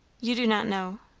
you do not know?